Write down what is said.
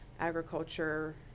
agriculture